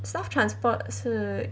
staff transport 是